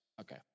Okay